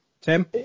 Tim